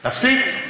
להפסיק?